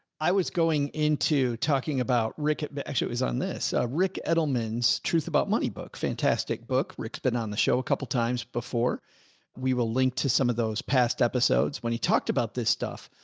i was going into talking about rick, but actually it was on this rick edelman's truth about money book, fantastic book. rick's been on the show a couple of times before we will link to some of those past episodes when he talked about this stuff.